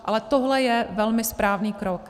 Ale tohle je velmi správný krok.